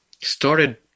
started